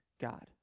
God